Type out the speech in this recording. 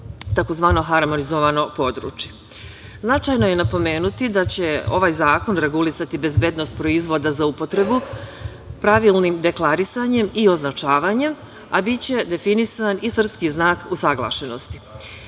tzv. harmonizovano područje. Značajno je napomenuti da će ovaj zakon regulisati bezbednost proizvoda za upotrebu pravilnim deklarisanjem i označavanjem, a biće definisan i srpski znak usaglašenosti.